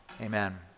Amen